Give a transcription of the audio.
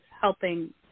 helping